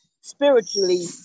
spiritually